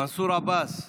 מנסור עבאס,